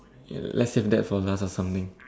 let's have that for last or something